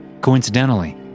Coincidentally